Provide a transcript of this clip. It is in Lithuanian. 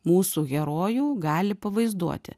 mūsų herojų gali pavaizduoti